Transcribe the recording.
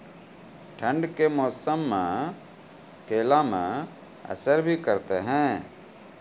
ठंड के मौसम केला मैं असर भी करते हैं?